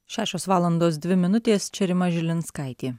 šešios valandos dvi minutės čia rima žilinskaitė